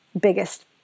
biggest